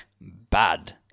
Bad